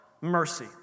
mercy